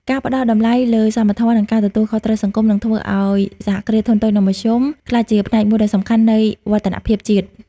ការផ្ដល់តម្លៃលើសមធម៌ និងការទទួលខុសត្រូវសង្គម នឹងធ្វើឱ្យ សហគ្រាសធុនតូច និងមធ្យម ក្លាយជាផ្នែកមួយដ៏សំខាន់នៃវឌ្ឍនភាពជាតិ។